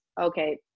okay